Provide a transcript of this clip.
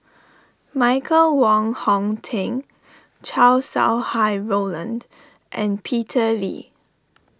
Michael Wong Hong Teng Chow Sau Hai Roland and Peter Lee